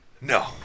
No